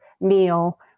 meal